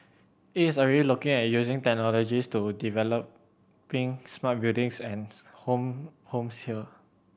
it is already looking at using technologies to developing smart buildings and home homes here